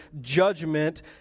judgment